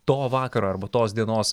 to vakaro arba tos dienos